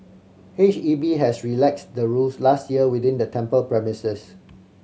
H E B has relaxed the rules last year within the temple premises